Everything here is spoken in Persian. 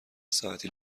ساعتی